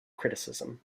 criticism